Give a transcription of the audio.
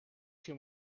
too